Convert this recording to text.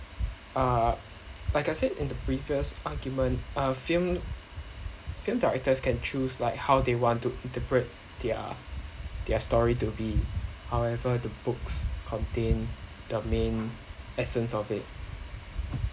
uh like I said in the previous argument uh film film directors can choose like how they want to interpret their their story to be however the books contain the main essence of it